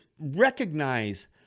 recognize